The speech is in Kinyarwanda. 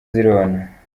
zirona